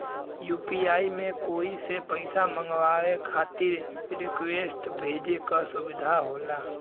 UPI में कोई से पइसा मंगवाये खातिर रिक्वेस्ट भेजे क सुविधा होला